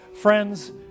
Friends